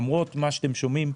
למרות מה שאתם שומעים,